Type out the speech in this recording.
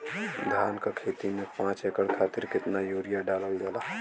धान क खेती में पांच एकड़ खातिर कितना यूरिया डालल जाला?